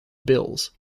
bills